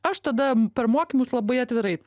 aš tada per mokymus labai atvirai